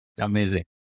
Amazing